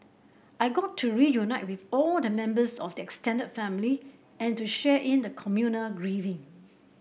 I got to reunite with all the members of the extended family and to share in the communal grieving